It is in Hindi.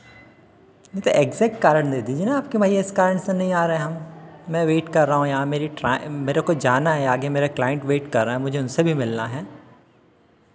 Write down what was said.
नहीं तो इग्ज़ैक्ट कारण दे दीजिए ना आप कि मैं इस कारण से नहीं आ रहा हैं हम मैं वेट कर रहा हूँ यहाँ मेरी ट्रा मेरे को जाना है आगे मेरा क्लाइंट वेट कर रहा है मुझे उनसे भी मिलना है